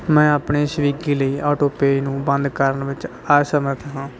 ਮੈਂ ਆਪਣੇ ਸਵਿਗੀ ਲਈ ਆਟੋਪੇਅ ਨੂੰ ਬੰਦ ਕਰਨ ਵਿੱਚ ਅਸਮਰੱਥ ਹਾਂ